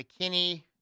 McKinney